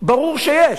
ברור שיש.